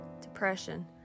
depression